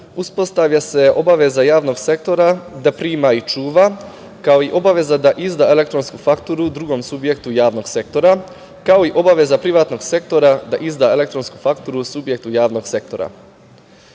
uspostavlja se obaveza javnog sektora da prima i čuva, kao i obaveza da izda elektronsku fakturu drugom subjektu javnog sektora, kao i obaveza privatnog sektora da izda elektronsku fakturu subjektu javnog sektora;